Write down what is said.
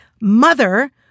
mother